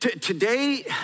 Today